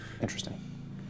interesting